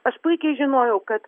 aš puikiai žinojau kad